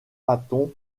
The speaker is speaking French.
patton